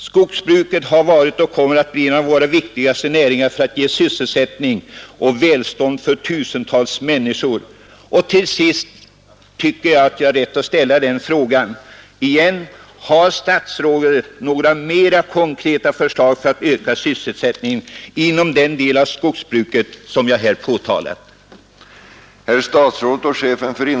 Skogsbruket har varit och kommer att bli en av våra viktigaste näringar för att ge sysselsättning och välstånd åt tusentals människor. Och till sist tycker jag att jag har rätt att ställa den frågan igen: Har statsrådet några mera konkreta förslag för att öka sysselsättningen inom den del av skogsbruket som jag här talat om?